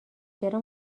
چرا